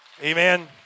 Amen